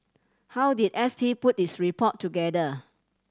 how did S T put its report together